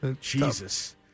Jesus